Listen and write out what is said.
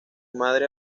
madre